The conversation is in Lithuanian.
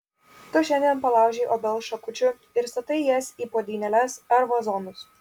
tu šiandien palaužei obels šakučių ir statai jas į puodynėles ar vazonus